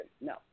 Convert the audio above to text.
No